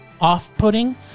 off-putting